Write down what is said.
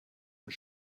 und